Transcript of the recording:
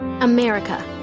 America